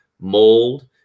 mold